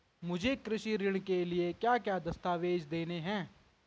मुझे कृषि ऋण के लिए क्या क्या दस्तावेज़ देने हैं?